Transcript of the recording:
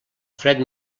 fred